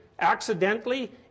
accidentally